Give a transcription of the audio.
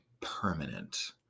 permanent